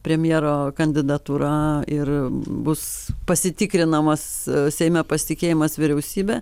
premjero kandidatūra ir bus pasitikrinamas seime pasitikėjimas vyriausybe